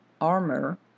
armor